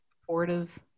supportive